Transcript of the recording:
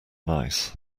nice